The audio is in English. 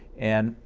and,